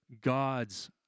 God's